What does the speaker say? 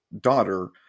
daughter